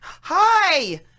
Hi